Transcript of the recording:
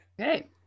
Okay